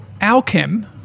Alchem